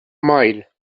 مایل